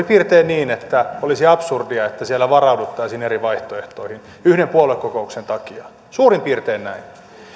piirtein niin että olisi absurdia että varauduttaisiin eri vaihtoehtoihin yhden puoluekokouksen takia suurin piirtein näin